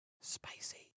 spicy